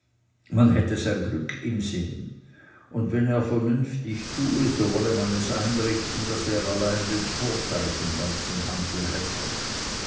man hätte sein glück im sinn und wenn er vernünftig tue so wolle man es einrichten daß er allein den vorteil vom ganzen handel hätte